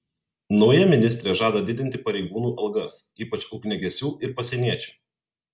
nauja ministrė žada didinti pareigūnų algas ypač ugniagesių ir pasieniečių